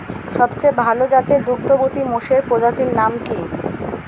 সবচেয়ে ভাল জাতের দুগ্ধবতী মোষের প্রজাতির নাম কি?